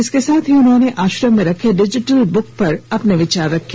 इसके साथ ही उन्होंने आश्रम में रखे डिजिटल बुक पर अपने विचार रखें